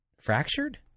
fractured